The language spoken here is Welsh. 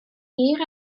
hir